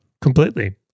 Completely